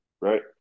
right